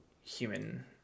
human